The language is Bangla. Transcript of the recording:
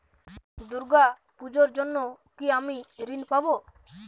দুর্গা পুজোর জন্য কি আমি ঋণ পাবো?